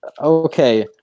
okay